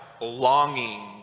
longing